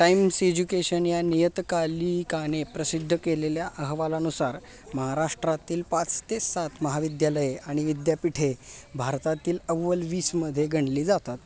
times Education या नियतकालिकाने प्रसिद्ध केलेल्या अहवालानुसार महाराष्ट्रातील पाच ते सात महाविद्यालये आणि विद्यापीठे भारतातील अव्वल वीसमध्ये गणली जातात